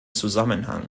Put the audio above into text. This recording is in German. zusammenhang